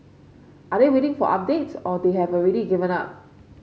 are they waiting for updates or they have already given up